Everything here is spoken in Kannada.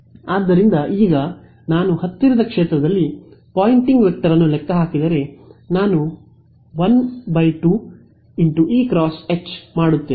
ಆದ್ದರಿಂದ ಈಗ ನಾನು ಹತ್ತಿರದ ಕ್ಷೇತ್ರದಲ್ಲಿ ಪೊಯಿಂಟಿಂಗ್ ವೆಕ್ಟರ್ ಅನ್ನು ಲೆಕ್ಕ ಹಾಕಿದರೆ ನಾನು 12 ಇ × H ಮಾಡುತ್ತೇನೆ